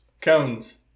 cones